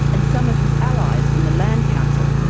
and some of his allies from the land council,